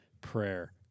prayer